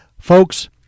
Folks